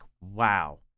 Wow